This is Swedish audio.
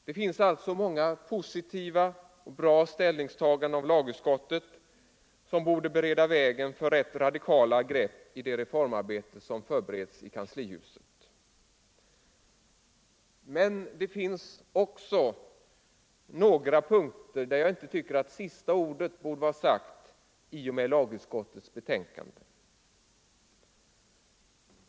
Det finns alltså många positiva ställningstaganden av lagutskottet som borde bereda vägen för rätt radikala grepp i det reformarbete som förbereds i kanslihuset. Men det är också några punkter där jag inte tycker att sista ordet borde vara sagt i och med lagutskottets betänkande.